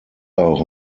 auch